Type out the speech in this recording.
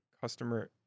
Customer